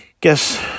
Guess